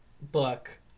book